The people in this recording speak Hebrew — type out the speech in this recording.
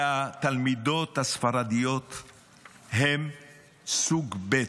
התלמידות הספרדיות הן סוג ב'.